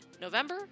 November